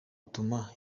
gutuma